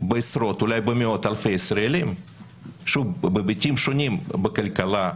בעשרות ואולי במאות אלפי ישראלים בהיבטים שונים בכלכלה,